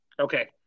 Okay